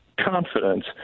confidence